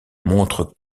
montre